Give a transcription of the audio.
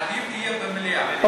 עדיף שזה יהיה במליאה.